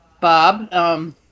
Bob